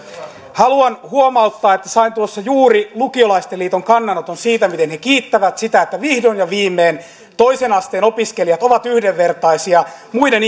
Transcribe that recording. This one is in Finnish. haluan huomauttaa että sain tuossa juuri lukiolaisten liiton kannanoton siitä miten he kiittävät sitä että vihdoin ja viimein toisen asteen opiskelijat ovat yhdenvertaisia muiden